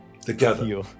together